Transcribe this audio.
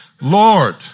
Lord